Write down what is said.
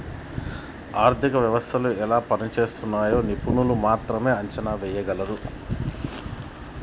ఆర్థిక వ్యవస్థలు ఎలా పనిజేస్తున్నయ్యో నిపుణులు మాత్రమే అంచనా ఎయ్యగలరు